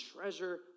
treasure